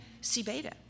C-beta